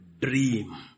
dream